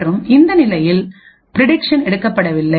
மற்றும்இந்த நிலையில் பிரடிக்சன் எடுக்கப்படவில்லை